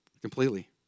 Completely